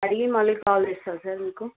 అడిగి మళ్ళీ కాల్ చేస్తాను సార్ మీకు